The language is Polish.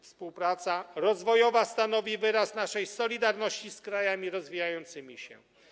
Współpraca rozwojowa stanowi wyraz naszej solidarności z krajami rozwijającymi się.